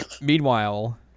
Meanwhile